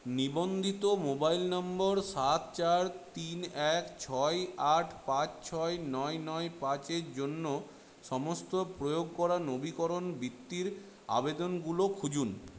নিবন্ধিত মোবাইল নম্বর সাত চার তিন এক ছয় আট পাঁচ ছয় নয় নয় পাঁচ এর জন্য সমস্ত প্রয়োগ করা নবীকরণ বৃত্তির আবেদনগুলো খুঁজুন